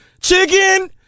chicken